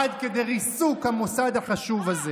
עד כדי ריסוק המוסד החשוב הזה